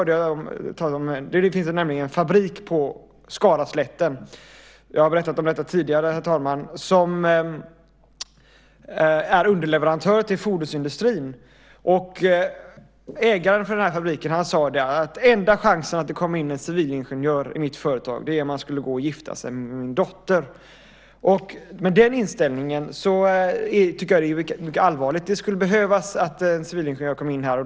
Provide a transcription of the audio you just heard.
Det finns en fabrik på Skaraslätten - jag har berättat om detta tidigare. Den är underleverantör till fordonsindustrin. Ägaren för fabriken har sagt: Enda chansen att det kommer in en civilingenjör i mitt företag är att han gifter sig med min dotter. Den inställningen är mycket allvarlig. Det behöver komma in en civilingenjör.